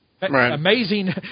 Amazing